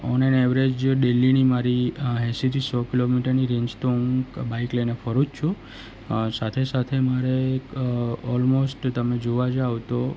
on an average ડેઈલીની મારી એંસીથી સો કિલોમીટરની રેન્જ તો હું બાઈક લઈને ફરું જ છું સાથે સાથે મારે એક ઓલમોસ્ટ તમે જોવા જાઓ તો